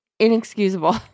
inexcusable